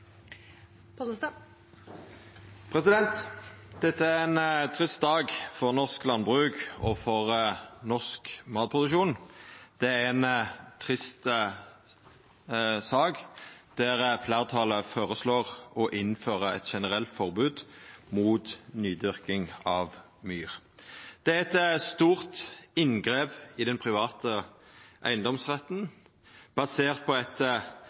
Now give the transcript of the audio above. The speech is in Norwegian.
kommunene. Dette er ein trist dag for norsk landbruk og for norsk matproduksjon. Det er ei trist sak, der fleirtalet føreslår å innføra eit generelt forbod mot nydyrking av myr. Det er eit stort inngrep i den private eigedomsretten, basert på eit